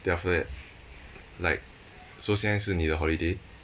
then after that like so 现在是你的 holiday